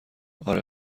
آره